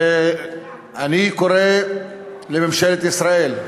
אני קורא לממשלת ישראל,